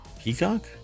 Peacock